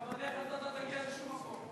כי בדרך הזאת לא תגיע לשום מקום.